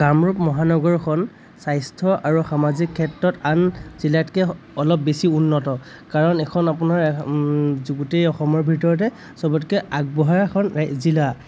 কামৰূপ মহানগৰখন স্বাস্থ্য আৰু সামাজিক ক্ষেত্ৰত আন জিলাতকৈ অলপ বেছি উন্নত কাৰণ এইখন আপোনাৰ গোটেই অসমৰ ভিতৰতে চবতকৈ আগবঢ়া এখন জিলা